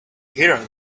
hero